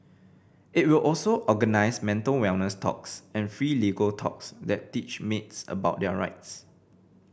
it will also organise mental wellness talks and free legal talks that teach maids about their rights